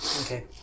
Okay